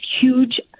huge